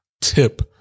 Tip